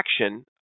action